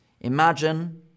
Imagine